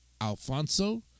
Alfonso